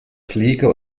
fliege